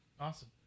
Awesome